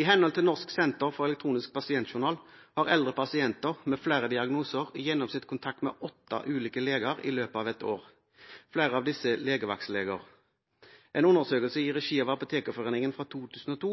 I henhold til Norsk senter for elektronisk pasientjournal har eldre pasienter med flere diagnoser i gjennomsnitt kontakt med åtte ulike leger i løpet av ett år. Flere av disse er legevaktsleger. En undersøkelse i regi av Apotekforeningen fra 2002